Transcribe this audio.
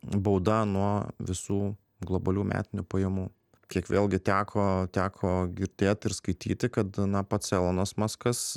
bauda nuo visų globalių metinių pajamų kiek vėlgi teko teko girdėti ir skaityti kad na pats elonas maskas